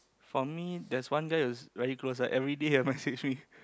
for me there's one guy who's very close right everyday will message me